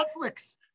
Netflix